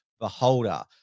beholder